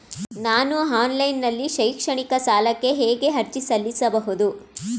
ನಾನು ಆನ್ಲೈನ್ ನಲ್ಲಿ ಶೈಕ್ಷಣಿಕ ಸಾಲಕ್ಕೆ ಹೇಗೆ ಅರ್ಜಿ ಸಲ್ಲಿಸಬಹುದು?